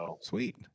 Sweet